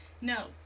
no